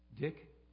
Dick